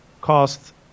cost